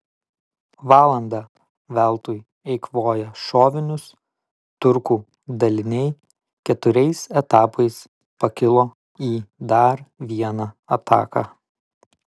valandą veltui eikvoję šovinius turkų daliniai keturiais etapais pakilo į dar vieną ataką